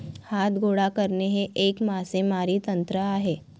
हात गोळा करणे हे एक मासेमारी तंत्र आहे